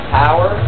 power